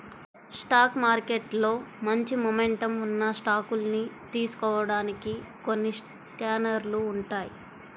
stock మార్కెట్లో మంచి momentum ఉన్న స్టాకుల్ని తెలుసుకోడానికి కొన్ని స్కానర్లు ఉంటాయ్